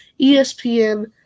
ESPN